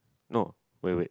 no wait wait